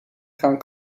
gaan